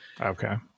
Okay